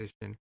position